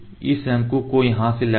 इस शंकु को यहाँ पर लगाओ